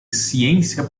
ciência